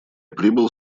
прибыл